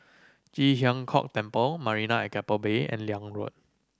Ji Huang Kok Temple Marina at Keppel Bay and Liane Road